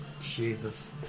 Jesus